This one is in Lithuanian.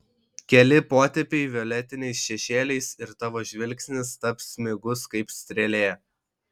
keli potėpiai violetiniais šešėliais ir tavo žvilgsnis taps smigus kaip strėlė